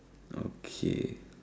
okay